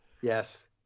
Yes